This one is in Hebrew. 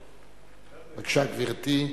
גברתי.